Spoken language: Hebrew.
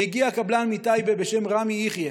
הגיע קבלן מטייבה בשם רמי יחיא,